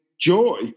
joy